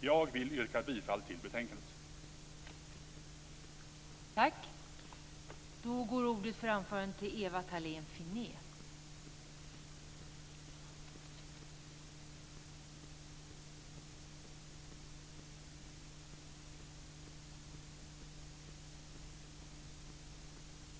Jag vill yrka bifall till hemställan i betänkandet.